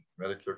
Medicare